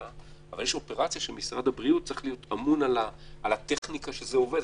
אבל יש אופרציה שמשרד הבריאות צריך להיות אמון על הטכניקה שזה עובד.